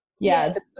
Yes